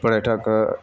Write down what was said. पर्यटक